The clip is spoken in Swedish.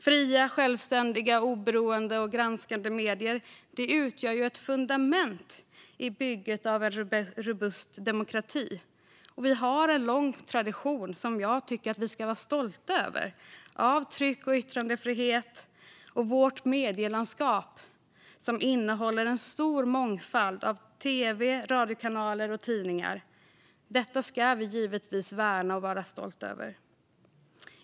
Fria, självständiga, oberoende och granskande medier utgör ett fundament i bygget av en robust demokrati. I Sverige har vi en lång tradition av tryck och yttrandefrihet, och vårt medielandskap innehåller en stor mångfald av tv och radiokanaler och tidningar. Detta ska vi givetvis värna och vara stolta över.